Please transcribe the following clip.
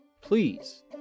please